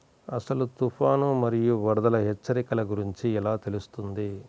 అసలు తుఫాను మరియు వరదల హెచ్చరికల గురించి ఎలా తెలుస్తుంది?